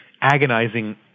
agonizing